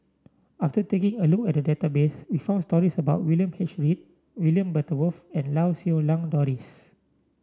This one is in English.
after taking a look at the database we found stories about William H Read William Butterworth and Lau Siew Lang Doris